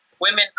women